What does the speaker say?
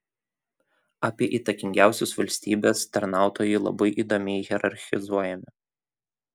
apie įtakingiausius valstybės tarnautojai labai įdomiai hierarchizuojami